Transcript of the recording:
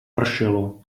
pršelo